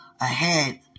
ahead